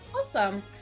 Awesome